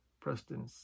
Preston